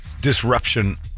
disruption